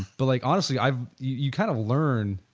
but like honestly i have, you kind of learn,